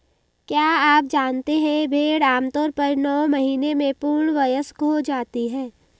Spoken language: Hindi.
क्या आप जानते है भेड़ आमतौर पर नौ महीने में पूर्ण वयस्क हो जाती है?